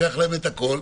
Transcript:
לוקח להם את הכול.